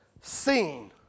seen